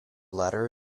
latter